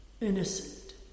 innocent